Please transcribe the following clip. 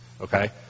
okay